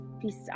peace